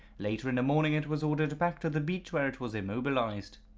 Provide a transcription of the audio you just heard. later in the morning it was ordered back to the beach where it was immobilized.